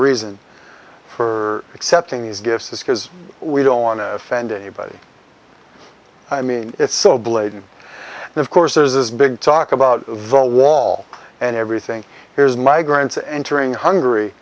reason for accepting these gifts is because we don't want to offend anybody i mean it's so blatant and of course there's this big talk about the wall and everything here's migrants entering hungary